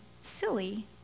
silly